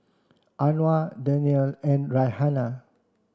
Anuar Daniel and Raihana